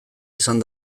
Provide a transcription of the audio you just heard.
izan